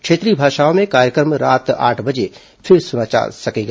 क्षेत्रीय भाषा में कार्यक्रम रात आठ बजे फिर सुना जा सकेगा